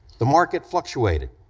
the market fluctuated,